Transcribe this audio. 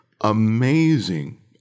amazing